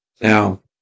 Now